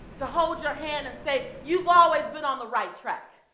to hold your hand and say, you've always been on the right track.